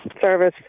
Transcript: service